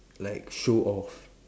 like show off